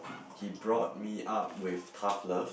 he brought me up with tough love